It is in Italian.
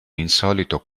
insolito